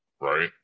right